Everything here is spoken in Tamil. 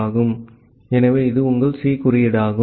ஆகவே இது உங்கள் C code குறியீடு ஆகும்